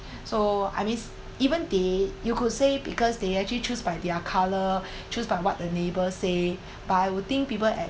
so I means even they you could say because they actually choose by their colour choose by what the neighbour say but I would think people at